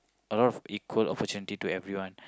a lot of equal opportunity to everyone